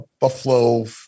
Buffalo